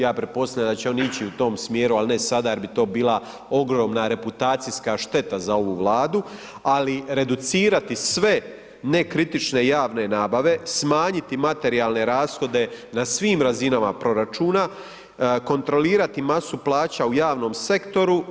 Ja pretpostavljam da će on ići u tom smjeru, al ne sada jer bi to bila ogromna reputacijska šteta za ovu Vladu, ali reducirati sve nekritične javne nabave, smanjiti materijalne rashode na svim razinama proračuna, kontrolirati masu plaća u javnom sektoru.